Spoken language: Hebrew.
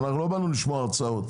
אנחנו לא באנו לשמוע הרצאות,